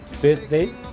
birthday